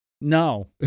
No